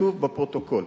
כתוב בפרוטוקול.